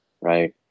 right